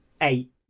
eight